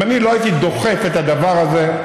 אם אני לא הייתי דוחף את הדבר הזה,